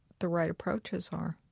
the right approaches are